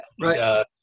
Right